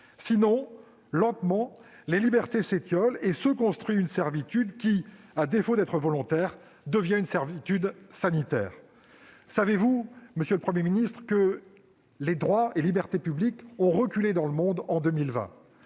quoi, lentement, les libertés s'étiolent et il se construit une servitude qui, à défaut d'être volontaire, est sanitaire ... Savez-vous, monsieur le Premier ministre, que les droits et les libertés publiques ont reculé dans le monde en 2020 ?